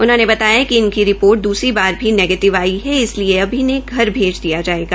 उन्होंने बताया कि इनकी रिपोर्ट द्रसरी बार भी नेगीटिव आई इसलिए अब उन्हें घर भेज दिया जायेगा